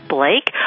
Blake